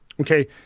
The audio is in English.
okay